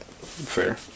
fair